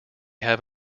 have